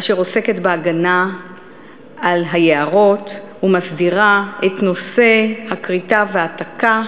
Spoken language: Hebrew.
אשר עוסקת בהגנה על היערות ומסדירה את נושא הכריתה וההעתקה.